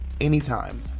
anytime